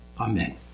Amen